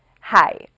Hi